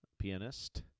Pianist